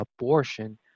abortion